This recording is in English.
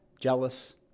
jealous